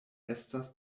estas